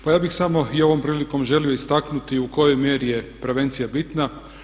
Pa ja bih samo i ovom prilikom želio istaknuti u kojoj mjeri je prevencija bitna.